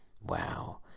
wow